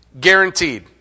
guaranteed